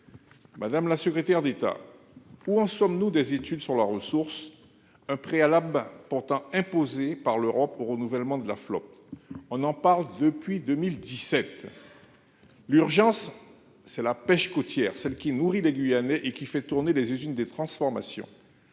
Madame la secrétaire d'État. Où en sommes-nous des études sur la ressource un préalable. Ben pourtant imposé par l'Europe au renouvellement de la flotte. On en parle depuis 2017. L'urgence c'est la pêche côtière, celle qui nourrit les Guyanais et qui fait tourner les usines de transformation.